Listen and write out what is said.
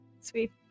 Sweet